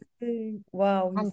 Wow